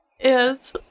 Yes